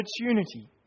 opportunity